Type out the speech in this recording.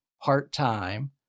part-time